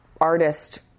artist